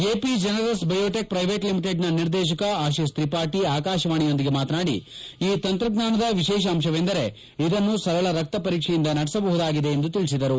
ಎಪಿಜೆನೆರೆಸ್ biotech private ಲಿಮಿಟೆಡ್ನ ನಿರ್ದೇಶಕ ಆಶಿಶ್ ತ್ರಿಪಾಠಿ ಆಕಾಶವಾಣಿಯೊಂದಿಗೆ ಮಾತನಾಡಿ ಈ ತಂತ್ರಜ್ಞಾನದ ವಿಶೇಷ ಅಂಶವೆಂದರೆ ಇದನ್ನು ಸರಳ ರಕ್ತ ಪರೀಕ್ಷೆಯಿಂದ ನಡೆಸಬಹುದಾಗಿದೆ ಎಂದು ತಿಳಿಸಿದರು